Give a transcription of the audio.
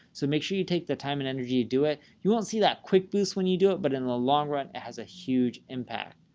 so make sure you take the time and energy to do it. you won't see that quick boost when you do it, but in the long run, it has a huge impact.